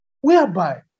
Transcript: Whereby